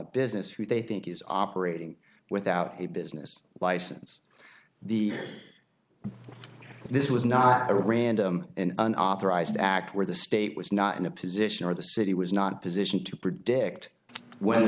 business who they think is operating without a business license the this was not a random and an authorized act where the state was not in a position where the city was not positioned to predict whe